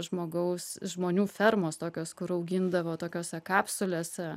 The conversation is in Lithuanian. žmogaus žmonių fermos tokios kur augindavo tokiose kapsulėse